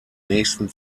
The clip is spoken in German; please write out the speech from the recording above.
nächsten